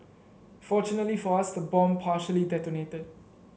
fortunately for us the bomb partially detonated